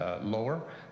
lower